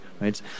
right